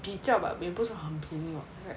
比较 but 也不是很便宜 [what] right